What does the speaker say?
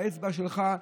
באצבע שלך,